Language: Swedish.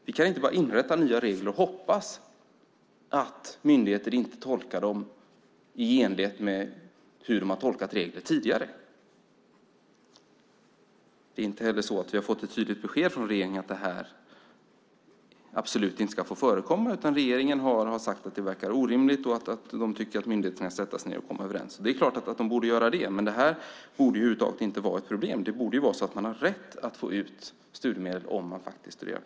Vi kan inte bara inrätta nya regler i hopp om att myndigheter inte tolkar dessa i enlighet med hur de tidigare tolkat regler. Vi har inte fått något tydligt besked från regeringen om att något sådant absolut inte ska få förekomma. Regeringen har bara sagt att det verkar orimligt och tycker att man från myndigheterna får sätta sig ned och komma överens. Det är klart att man borde göra det, men detta borde över huvud taget inte vara ett problem. Den som faktiskt studerar på heltid borde ha rätt till studiemedel.